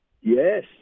Yes